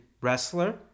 wrestler